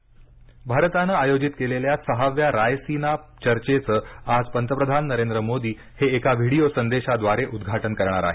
रायसीना चर्चा भारतानं आयोजित केलेल्या सहाव्या रायसीना चर्चेचं आज पंतप्रधान नरेंद्र मोदी हे एका व्हिडीओ संदेशाद्वारे उद्घाटन करणार आहेत